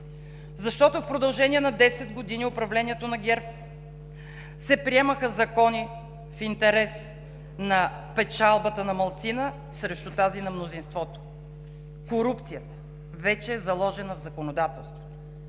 Защото в продължение на 10 години в управлението на ГЕРБ се приемаха закони в интерес на печалбата на малцина срещу тази на мнозинството. Корупцията вече е заложена в законодателството.